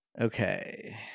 Okay